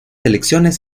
elecciones